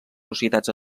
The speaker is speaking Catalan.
societats